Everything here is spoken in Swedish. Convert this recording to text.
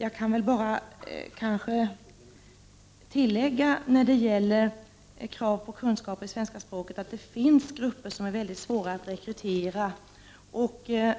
Jag kan kanske bara tillägga när det gäller krav på kunskaper i svenska språket att det finns grupper som är svåra att rekrytera till språkundervisningen.